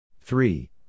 Three